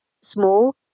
small